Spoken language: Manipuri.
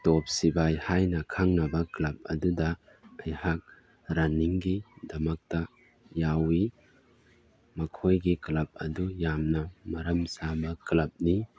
ꯇꯣꯞ ꯁꯤꯐꯥꯏ ꯍꯥꯏꯅ ꯈꯪꯅꯕ ꯀ꯭ꯂꯕ ꯑꯗꯨꯗ ꯑꯩꯍꯥꯛ ꯔꯟꯅꯤꯡꯒꯤꯗꯃꯛꯇ ꯌꯥꯎꯏ ꯃꯈꯣꯏꯒꯤ ꯀ꯭ꯂꯕ ꯑꯗꯨ ꯌꯥꯝꯅ ꯃꯔꯝ ꯆꯥꯕ ꯀ꯭ꯂꯕꯅꯤ